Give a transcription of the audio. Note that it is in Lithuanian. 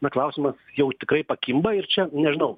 na klausimas jau tikrai pakimba ir čia nežinau